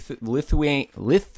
Lithuania